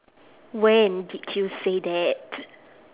when did you say that